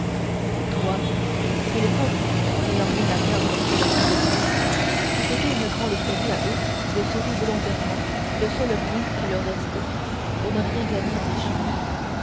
que les pauvres n'ayant rien à perdre que leur liberté c'eût été une grande folie à eux de s'ôter volontairement le seul bien qui leur restait pour ne rien gagner en échange